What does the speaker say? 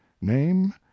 Name